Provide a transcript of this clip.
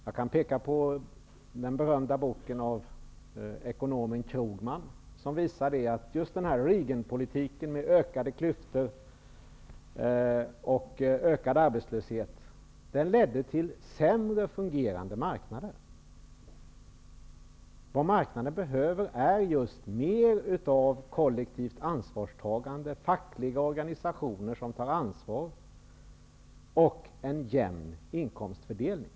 Jag kan peka på den berömda boken av ekonomen Krugman som visar att Reaganpolitiken med ökade klyftor och ökad arbetslöshet ledde till sämre fungerande marknader. Vad marknaden behöver är just mer av kollektivt ansvarstagande, fackliga organisationer som tar ansvar och en jämn inkomstfördelning.